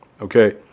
okay